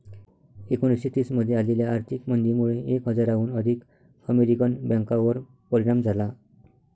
एकोणीसशे तीस मध्ये आलेल्या आर्थिक मंदीमुळे एक हजाराहून अधिक अमेरिकन बँकांवर परिणाम झाला